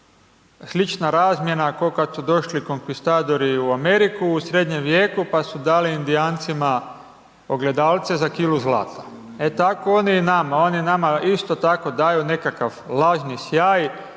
slična razmjena kad su došli konkvistadori u Ameriku u Srednjem vijeku pa su dali Indijancima ogledalce za kilu zlata. E tako oni i nama, oni nama isto tako daju nekakav lažni sjaj,